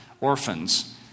orphans